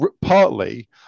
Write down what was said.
partly